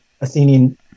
Athenian